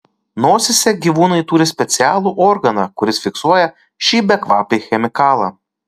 nosyse gyvūnai turi specialų organą kuris fiksuoja šį bekvapį chemikalą